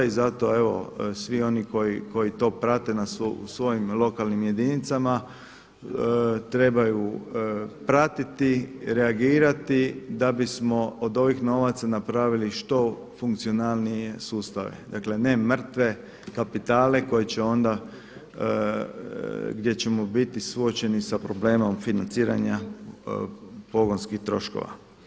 I zato evo svi oni koji to prate su u svojim lokalnim jedinicama trebaju pratiti, reagirati da bismo od ovih novaca napravili što funkcionalnije sustave, dakle ne mrtve kapitale koji će onda, gdje ćemo biti suočeni sa problemom financiranja pogonskih troškova.